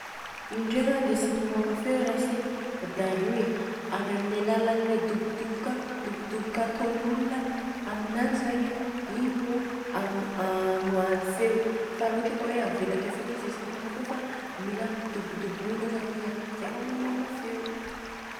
Io ndreka dia tsy mamoaka feo raha tsy darohina. Avy amin'ny alalan'ny dobodoboka dobodoboka atôn'olona aminanjy zany an igny no amoahany feo. Fa raha ohatra ka hoe avela akeo fogna izy dia tsy mamoaka feo fa mila dobodobohina zegny vô mamoaka feo.